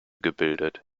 gebildet